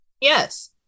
Yes